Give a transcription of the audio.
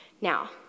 Now